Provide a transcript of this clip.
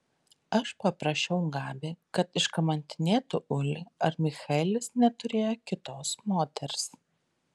aš paprašiau gabi kad iškamantinėtų ulį ar michaelis neturėjo kitos moters